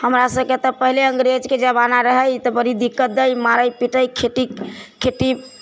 हमरा सबके तऽ पहिले अंग्रेजके जमाना रहै तऽ बड़ी दिक्कत दै मारै पीटै खेती खेती